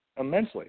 immensely